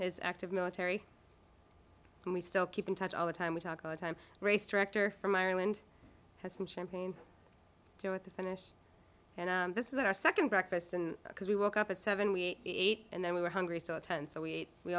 his active military and we still keep in touch all the time we talk all the time race director from ireland has some champagne at the finish and this is our second breakfast and because we woke up at seven we ate and then we were hungry so tense so we